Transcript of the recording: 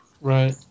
Right